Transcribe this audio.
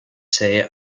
say